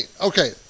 Okay